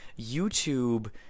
YouTube